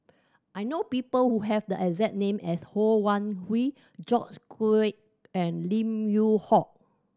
I know people who have the exact name as Ho Wan Hui George Quek and Lim Yew Hock